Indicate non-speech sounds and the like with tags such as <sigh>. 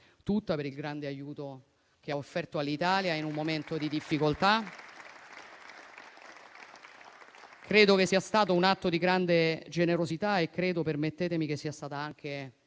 tutta per il grande aiuto che ha offerto all'Italia in un momento di difficoltà. <applause> Credo che sia stato un atto di grande generosità e credo - permettetemi - che sia stata anche